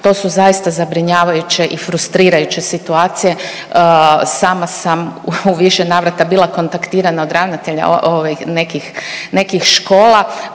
to su zaista zabrinjavajuće i frustrirajuće situacije. Sama sam u više navrata bila kontaktirana od ravnatelja ovih nekih škola